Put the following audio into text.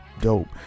dope